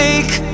Take